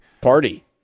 Party